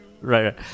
Right